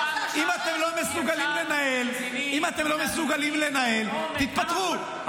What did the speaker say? אם אתם לא מסוגלים לנהל, תתפטרו.